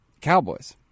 Cowboys